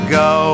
go